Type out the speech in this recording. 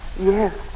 Yes